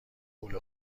پول